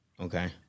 Okay